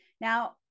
Now